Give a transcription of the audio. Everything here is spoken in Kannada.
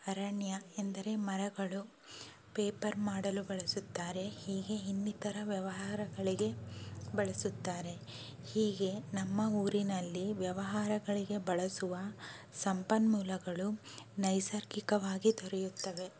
ಅರಣ್ಯ ಎಂದರೆ ಮರಗಳು ಪೇಪರ್ ಮಾಡಲು ಬಳಸುತ್ತಾರೆ ಹೀಗೆ ಇನ್ನಿತರ ವ್ಯವಹಾರಗಳಿಗೆ ಬಳಸುತ್ತಾರೆ ಹೀಗೆ ನಮ್ಮ ಊರಿನಲ್ಲಿ ವ್ಯವಹಾರಗಳಿಗೆ ಬಳಸುವ ಸಂಪನ್ಮೂಲಗಳು ನೈಸರ್ಗಿಕವಾಗಿ ದೊರೆಯುತ್ತವೆ